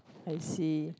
I see